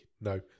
No